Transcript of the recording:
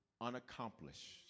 unaccomplished